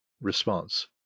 response